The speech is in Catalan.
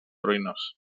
ruïnós